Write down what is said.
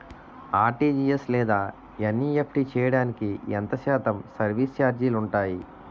RTGS లేదా NEFT చేయడానికి ఎంత శాతం సర్విస్ ఛార్జీలు ఉంటాయి?